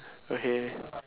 okay